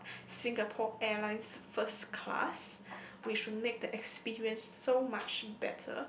Singapore Airlines first class which will make the experience so much better